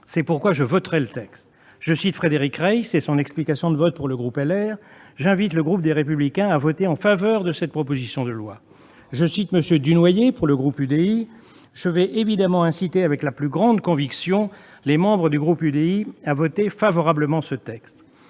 C'est pourquoi je voterai le texte. » Je cite encore Frédéric Reiss, dans son explication de vote pour le groupe Les Républicains :« J'invite le groupe des Républicains à voter en faveur de cette proposition de loi. » Je cite enfin M. Dunoyer pour le groupe UDI :« Je vais évidemment inciter avec la plus grande conviction les membres du groupe UDI à voter favorablement ce texte.